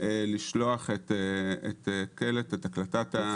לשלוח את הקלטת השיחה.